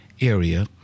area